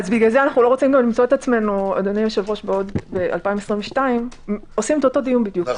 לכן אנחנו לא רוצים למצוא עצמנו ב-2022 עושים אותו דיון בדיוק.